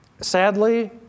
Sadly